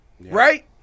right